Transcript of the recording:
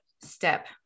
step